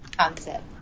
concept